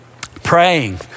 praying